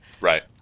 Right